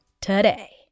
today